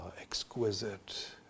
exquisite